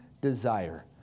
desire